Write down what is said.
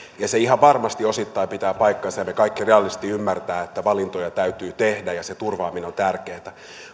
se ihan varmasti osittain pitää paikkansa ja me kaikki realistisesti ymmärrämme että valintoja täytyy tehdä ja turvaaminen on tärkeätä